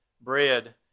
bread